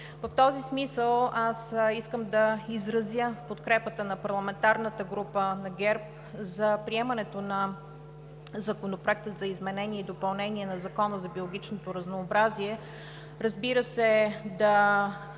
В този смисъл аз искам да изразя подкрепата на парламентарната група на ГЕРБ за приемането на Законопроекта за изменение и допълнение на Закона за биологичното разнообразие, разбира се, да